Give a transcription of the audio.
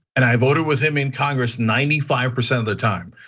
and i voted with him in congress ninety five percent of the time,